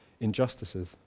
injustices